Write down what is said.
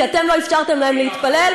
כי אתם לא אפשרתם להם להתפלל?